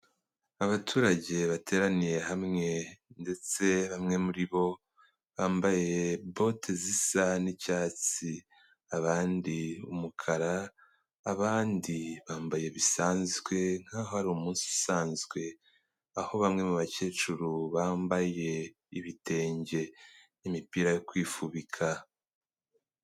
Abaturage bateraniye hamwe ndetse bamwe muri bo bambaye bote zisa n'icyatsi, abandi umukara, abandi bambaye bisanzwe nk'aho ari umunsi usanzwe, aho bamwe mu bakecuru bambaye ibitenge n'imipira yo kwifubika.